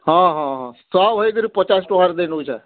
ହଁ ହଁ ହଁ ସବ୍ ହେଇକରି ପଚାଶ୍ ଟଙ୍କାର ଦେଇଦଉଛେଁ